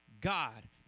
God